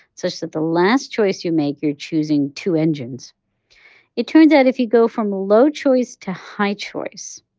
such that the last choice you make, you're choosing two engines it turns out if you go from a low choice to high choice,